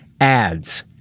ads